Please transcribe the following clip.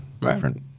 different